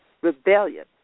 Rebellion